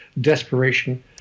desperation